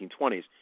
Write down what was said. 1920s